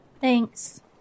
Thanks